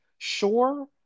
sure